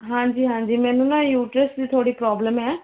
ਹਾਂਜੀ ਹਾਂਜੀ ਮੈਨੂੰ ਨਾ ਯੂਟ੍ਰੈਸ ਦੀ ਥੋੜ੍ਹੀ ਪ੍ਰੋਬਲਮ ਹੈ